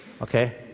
Okay